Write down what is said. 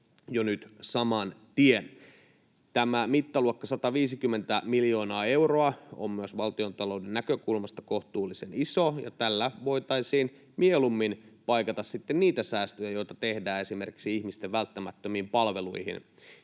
jo nyt saman tien. Tämä mittaluokka, 150 miljoonaa euroa, on myös valtiontalouden näkökulmasta kohtuullisen iso, ja tällä voitaisiin mieluummin paikata sitten niitä säästöjä, joita tehdään esimerkiksi ihmisten välttämättömiin palveluihin.